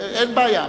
אין בעיה.